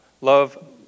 Love